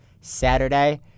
Saturday